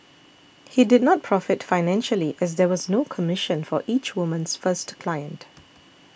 he did not profit financially as there was no commission for each woman's first client